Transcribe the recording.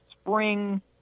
spring